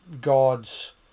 God's